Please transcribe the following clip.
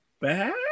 bad